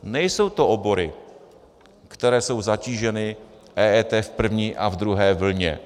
Nejsou to obory, které jsou zatíženy EET v první a v druhé vlně.